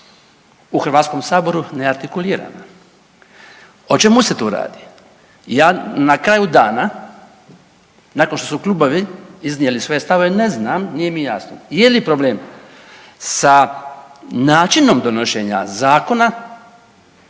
oporba u HS-u neartikulirana. O čemu se tu radi? Ja na kraju dana nakon što su klubovi iznijeli svoje stavove, ne znam, nije mi jasno je li problem sa načinom donošenja zakona